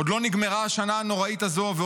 עוד לא נגמרה השנה הנוראית הזאת,